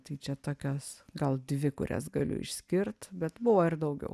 tai čia tokios gal dvi kurias galiu išskirt bet buvo ir daugiau